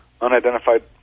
unidentified